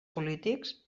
polítics